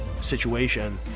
situation